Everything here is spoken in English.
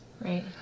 Right